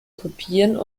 kopieren